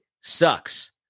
sucks